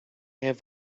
have